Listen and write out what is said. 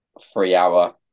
three-hour